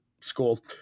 school